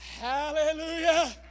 Hallelujah